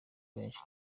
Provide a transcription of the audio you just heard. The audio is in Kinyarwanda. mwembi